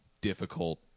difficult